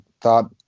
thought